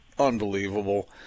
unbelievable